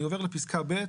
אני עובר לפסקה ב'